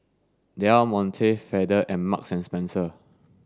Del Monte Feather and Marks and Spencer